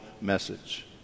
message